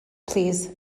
plîs